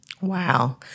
Wow